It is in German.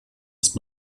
ist